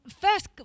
first